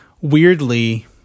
weirdly